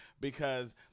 because-